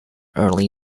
early